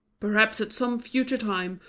perhaps at some future time,